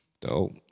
Dope